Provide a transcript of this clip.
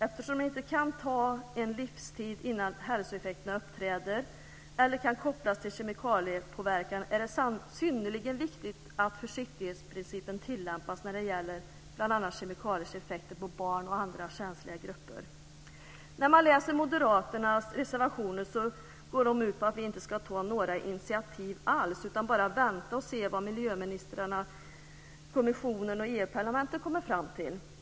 Eftersom det kan ta en livstid innan hälsoeffekter uppträder eller kan kopplas till kemikaliepåverkan är det synnerligen viktigt att försiktighetsprincipen tillämpas när det gäller bl.a. kemikaliers effekter på barn och andra känsliga grupper. Moderaternas reservationer går ut på att vi inte ska ta några initiativ alls utan bara vänta och se vad miljöministrarna, kommissionen och Europaparlamentet kommer fram till.